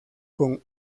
con